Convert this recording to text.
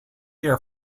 air